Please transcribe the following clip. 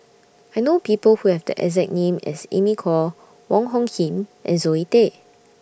I know People Who Have The exact name as Amy Khor Wong Hung Khim and Zoe Tay